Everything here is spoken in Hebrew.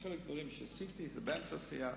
חלק מהדברים עשיתי, הם באמצע העשייה,